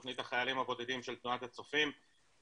תכנית החיילים הבודדים של תנועת הצופים בשיתוף